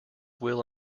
will